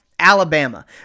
Alabama